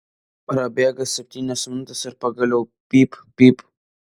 prabėga septynios minutės ir pagaliau pyp pyp